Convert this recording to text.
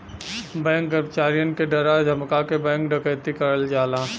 bank कर्मचारियन के डरा धमका के बैंक डकैती करल जाला